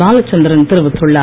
பாலச்சந்திரன் தெரிவித்துள்ளார்